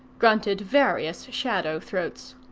grunted various shadow throats.